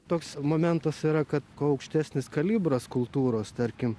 toks momentas yra kad kuo aukštesnis kalibras kultūros tarkim